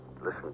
Listen